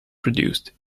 produced